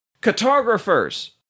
Cartographers